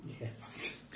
Yes